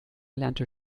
lernte